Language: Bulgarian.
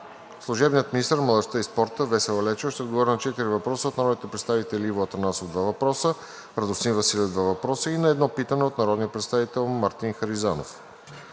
Служебният министър на младежта и спорта Весела Лечева ще отговори на четири въпроса от народните представители Иво Атанасов – два въпроса; и Радостин Василев – два въпроса, и на едно питане от народния представител Мартин Харизанов.